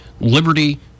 liberty